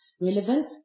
Relevance